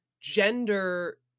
gender